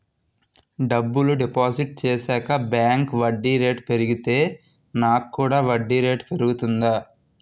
డబ్బులు డిపాజిట్ చేశాక బ్యాంక్ వడ్డీ రేటు పెరిగితే నాకు కూడా వడ్డీ రేటు పెరుగుతుందా?